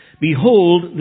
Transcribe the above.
Behold